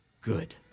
good